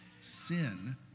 sin